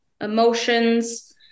emotions